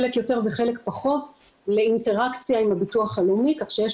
חלק יותר וחלק פחות לאינטראקציה עם הביטוח הלאומי כך שיש